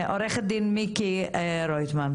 עורכת הדין מיקי רויטמן,